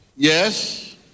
Yes